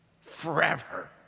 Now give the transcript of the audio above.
forever